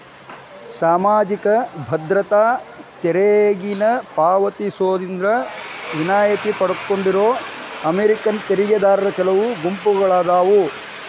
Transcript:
ಸಾಮಾಜಿಕ ಭದ್ರತಾ ತೆರಿಗೆನ ಪಾವತಿಸೋದ್ರಿಂದ ವಿನಾಯಿತಿ ಪಡ್ಕೊಂಡಿರೋ ಅಮೇರಿಕನ್ ತೆರಿಗೆದಾರರ ಕೆಲವು ಗುಂಪುಗಳಾದಾವ